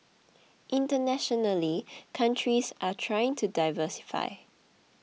internationally countries are trying to diversify